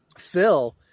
Phil